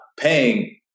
paying